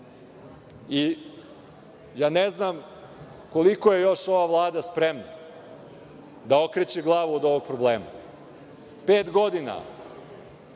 Srbije. Ne znam koliko je još ova Vlada spremna da okreće glavu od ovog problema. Pet godina